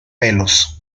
pelos